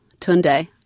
Tunde